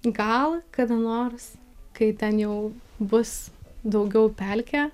gal kada nors kai ten jau bus daugiau pelkė